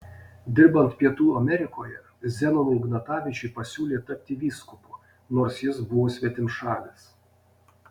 dirbant pietų amerikoje zenonui ignatavičiui pasiūlė tapti vyskupu nors jis buvo svetimšalis